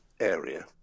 area